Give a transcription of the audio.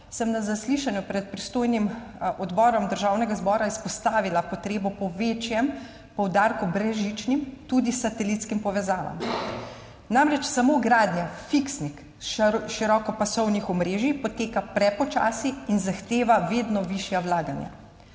na zaslišanju pred pristojnim odborom Državnega zbora izpostavila potrebo po večjem poudarku brezžičnim, tudi satelitskim povezavam. Samo gradnja fiksnih širokopasovnih omrežij namreč poteka prepočasi in zahteva vedno višja vlaganja.